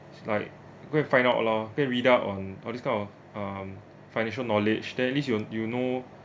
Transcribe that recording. like go and find out lah go and read out on all this kind of um financial knowledge then at least you'll you know